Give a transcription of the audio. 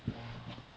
!wah!